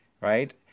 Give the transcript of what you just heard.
right